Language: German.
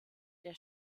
der